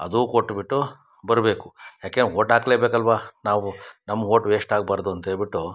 ಅದೂ ಕೊಟ್ಟು ಬಿಟ್ಟು ಬರಬೇಕು ಯಾಕೆ ವೋಟ್ ಹಾಕಲೇಬೇಕಲ್ವಾ ನಾವು ನಮ್ಮ ವೋಟ್ ವೇಶ್ಟ್ ಆಗಬಾರ್ದು ಅಂತ ಹೇಳಿಬಿಟ್ಟು